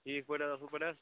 ٹھیٖک پٲٹھی حظ اصٕل پٲٹھۍ حظ